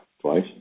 Twice